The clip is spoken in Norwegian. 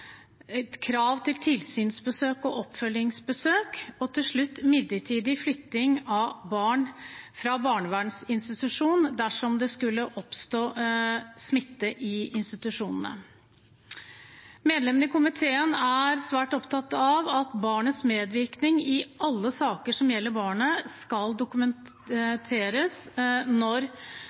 krav til tilsynsbesøk og oppfølgingsbesøk og – til slutt – midlertidig flytting av barn fra barnevernsinstitusjon dersom det skulle oppstå smitte i institusjonen. Medlemmene i komiteen er svært opptatt av at barnets medvirkning i alle saker som gjelder barnet, skal dokumenteres når